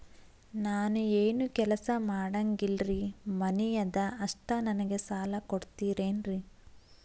ನಾನು ಏನು ಕೆಲಸ ಮಾಡಂಗಿಲ್ರಿ ಮನಿ ಅದ ಅಷ್ಟ ನನಗೆ ಸಾಲ ಕೊಡ್ತಿರೇನ್ರಿ?